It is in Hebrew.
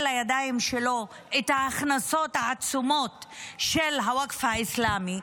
לידיים שלו את ההכנסות העצומות של הווקף האסלאמי,